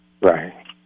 Right